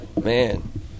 Man